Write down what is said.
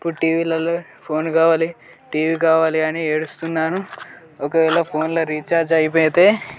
ఇప్పుడు టీవీలలో ఫోన్ కావాలి టీవీ కావాలి అని ఏడుస్తున్నాను ఒకవేళ ఫోన్లో రీఛార్జ్ అయిపోతే